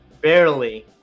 barely